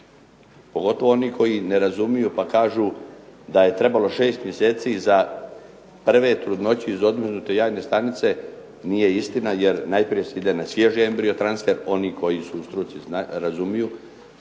pogotovo oni koji ne razumiju pa kažu da je trebalo 6 mj. za prve trudnoće iz odmrznute jajne stanice nije istina jer najprije se ide na svježi embrio transfer. Oni koji su u struci razumiju,